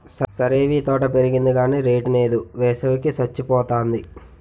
సరేవీ తోట పెరిగింది గాని రేటు నేదు, వేసవి కి సచ్చిపోతాంది